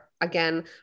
Again